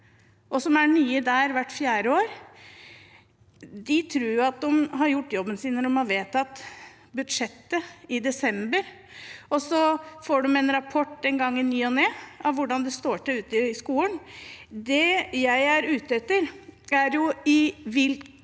som er nye der hvert fjerde år, tror at de har gjort jobben sin når de har vedtatt budsjettet i desember – og så får de en gang i ny og ne en rapport om hvordan det står til ute i skolen. Det jeg er ute etter: På hvilken